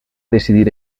decidir